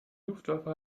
luftwaffe